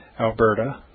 Alberta